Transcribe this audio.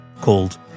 called